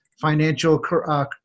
financial